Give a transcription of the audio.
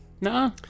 No